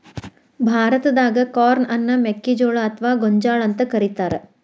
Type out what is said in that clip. ಭಾರತಾದಾಗ ಕಾರ್ನ್ ಅನ್ನ ಮೆಕ್ಕಿಜೋಳ ಅತ್ವಾ ಗೋಂಜಾಳ ಅಂತ ಕರೇತಾರ